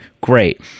Great